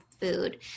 food